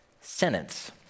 sentence